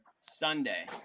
Sunday